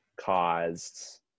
caused